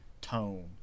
tone